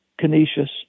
Canisius